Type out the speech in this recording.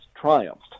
triumphed